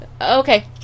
Okay